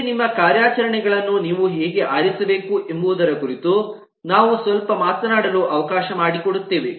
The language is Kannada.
ಮುಂದೆ ನಿಮ್ಮ ಕಾರ್ಯಾಚರಣೆಗಳನ್ನು ನೀವು ಹೇಗೆ ಆರಿಸಬೇಕು ಎಂಬುದರ ಕುರಿತು ನಾವು ಸ್ವಲ್ಪ ಮಾತನಾಡಲು ಅವಕಾಶ ಮಾಡಿಕೊಡುತ್ತೇವೆ